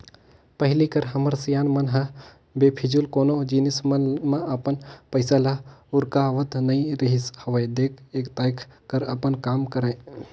पहिली कर हमर सियान मन ह बेफिजूल कोनो जिनिस मन म अपन पइसा ल उरकावत नइ रिहिस हवय देख ताएक कर अपन काम करय